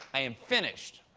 i am finished.